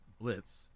blitz